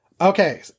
okay